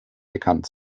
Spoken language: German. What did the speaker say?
bekannt